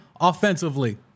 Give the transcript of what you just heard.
offensively